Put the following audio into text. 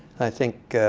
i think